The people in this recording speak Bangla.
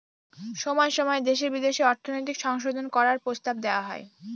সময় সময় দেশে বিদেশে অর্থনৈতিক সংশোধন করার প্রস্তাব দেওয়া হয়